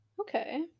Okay